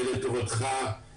זה לטובתך,